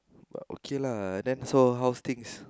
okay lah then so how's things